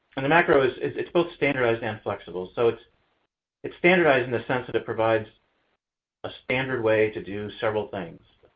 and the macro, it's it's both standardized and flexible. so it's it's standardized in the sense that it provides a standard way to do several things,